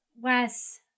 Wes